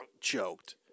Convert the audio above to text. choked